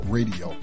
Radio